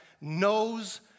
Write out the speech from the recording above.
knows